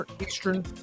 Eastern